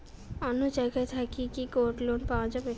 অন্য জায়গা থাকি কি গোল্ড লোন পাওয়া যাবে?